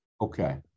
Okay